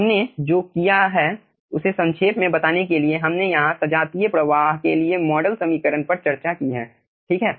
हमने जो किया है उसे संक्षेप में बताने के लिए हमने यहाँ सजातीय प्रवाह के लिए मॉडल समीकरण पर चर्चा की है ठीक है